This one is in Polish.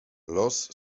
los